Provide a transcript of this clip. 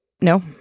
No